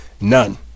none